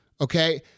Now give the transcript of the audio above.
okay